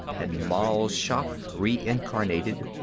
and mal shaff, reincarnated.